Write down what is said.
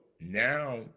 now